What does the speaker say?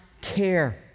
care